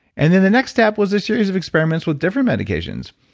and the the next step was a series of experiments with different medications.